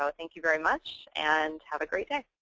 ah inc. you very much and have a great day.